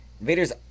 Vader's